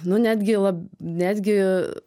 nu netgi lab netgi